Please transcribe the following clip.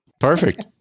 Perfect